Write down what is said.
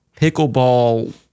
pickleball